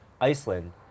Iceland